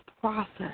process